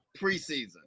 preseason